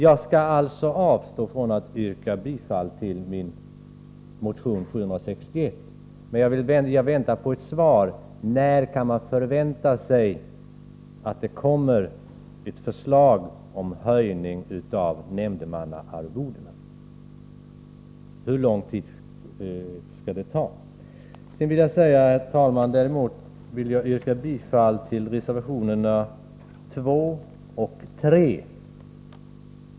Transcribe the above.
Jag skall avstå från att yrka bifall till min motion 761, men jag vill gärna ha ett svar på min fråga när vi kan förvänta oss ett förslag om en höjning av nämndemannaarvodena. Hur lång tid tar övervägandena inom departementet? Jag vill, herr talman, däremot yrka bifall till reservationerna 2 och 3.